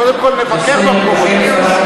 קודם כול נבקר במקומות האלה.